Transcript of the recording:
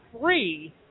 free